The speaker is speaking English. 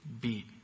beat